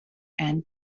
and